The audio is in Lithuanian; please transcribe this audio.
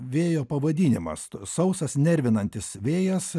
vėjo pavadinimas sausas nervinantis vėjas